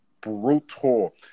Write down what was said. Brutal